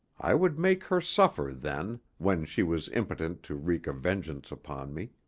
i would make her suffer then, when she was impotent to wreak a vengeance upon me.